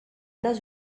dels